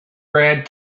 brad